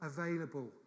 available